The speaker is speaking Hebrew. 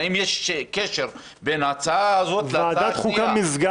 אם יש קשר בין ההצעה הזאת להצעה השנייה.